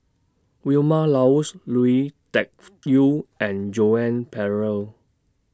Vilma Laus Lui Tuck Yew and Joan Pereira